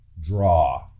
draw